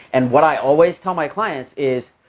and what i always tell my clients is,